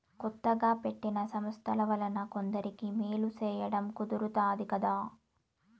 కొత్తగా పెట్టిన సంస్థల వలన కొందరికి మేలు సేయడం కుదురుతాది కదా